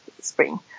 spring